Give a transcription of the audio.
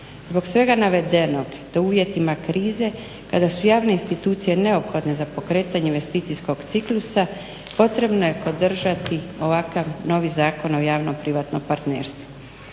Zbog svega navedenog te uvjetima krize kada su javne institucije neophodne za pokretanje investicijskog ciklusa potrebno je podržati ovakav novi Zakon o javno-privatnom partnerstvu.